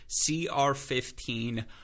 CR15